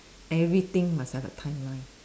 everything must have a timeline